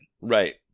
Right